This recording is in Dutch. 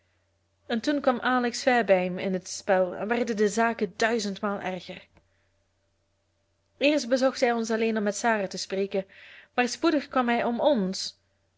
en toen kwam alex fairbaim in het spel en werden de zaken duizendmaal erger eerst bezocht hij ons alleen om sarah te spreken maar spoedig kwam hij om ons